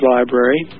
Library